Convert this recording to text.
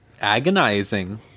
agonizing